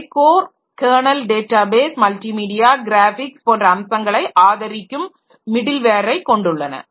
அவை core kernel database multimedia graphics போன்ற அம்சங்களை ஆதரிக்கும் மிடில்வேரை காெண்டுள்ளன